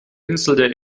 insel